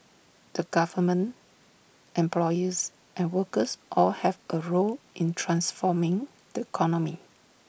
the government employers and workers all have A role in transforming the economy